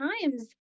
times